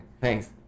Thanks